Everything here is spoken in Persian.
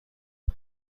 است